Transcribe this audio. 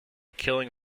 killing